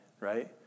right